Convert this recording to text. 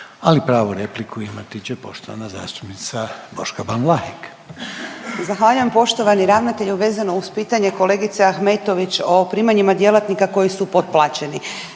ali pravu repliku imati će poštovana zastupnica Boška Ban Vlahek. **Ban, Boška (SDP)** Zahvaljujem. Poštovani ravnatelju vezano uz pitanje kolegice Ahmetović o primanjima djelatnika koji su potplaćeni.